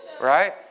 Right